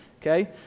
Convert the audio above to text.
okay